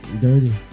Dirty